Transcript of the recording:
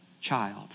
child